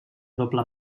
doble